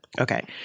Okay